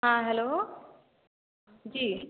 हाँ हेलो जी